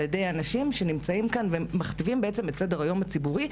על ידי אנשים שנמצאים כאן ומכתיבים כאן את סדר-היום הציבורי,